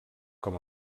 com